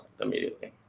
immediately